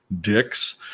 dicks